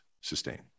sustain